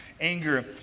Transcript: anger